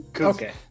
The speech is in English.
Okay